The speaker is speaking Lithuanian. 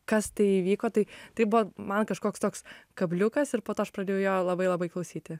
kas tai įvyko tai tai buvo man kažkoks toks kabliukas ir po to aš pradėjau jo labai labai klausyti